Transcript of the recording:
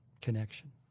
connection